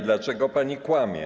Dlaczego pani kłamie?